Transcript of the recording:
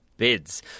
bids